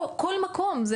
בכל מקום.